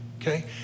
okay